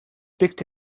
picked